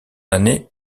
année